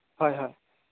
হয় হয়